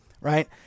right